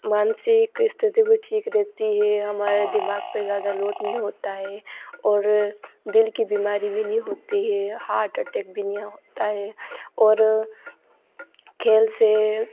मानसिक स्थिति भी ठीक रहती है हमारे दिमाग पर ज्यादा लोड नहीं होता है और दिल की बीमारी भी नहीं होती है हार्ट अटैक भी नहीं होता है और खेल से